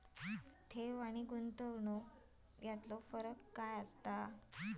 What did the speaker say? ठेव आनी गुंतवणूक यातलो फरक काय हा?